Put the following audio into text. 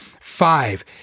five